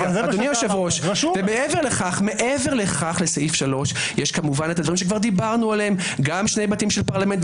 מעבר לכך לסעיף 3 יש הדברים שכבר דיברנו עליהם 2 בתים של פרלמנט,